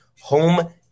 home